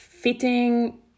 fitting